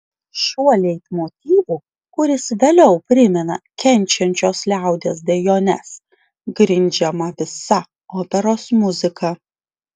šiuo leitmotyvu kuris vėliau primena kenčiančios liaudies dejones grindžiama visa operos muzika